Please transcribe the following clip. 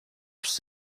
você